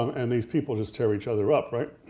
um and these people just tear each other up, right?